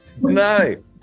No